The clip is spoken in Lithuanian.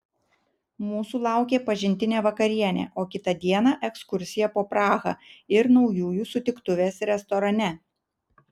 mūsų laukė pažintinė vakarienė o kitą dieną ekskursija po prahą ir naujųjų sutiktuvės restorane